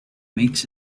makes